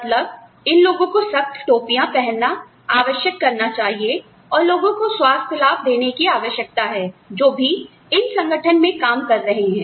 मतलब इन लोगों को सख्त टोपिया पहनना आवश्यक करना चाहिए और लोगों को स्वास्थ्य लाभ देने की आवश्यकता है जो भी इन संगठन में काम कर रहे हैं